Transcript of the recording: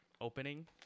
opening